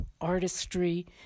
artistry